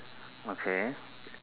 okay